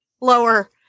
lower